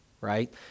right